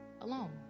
alone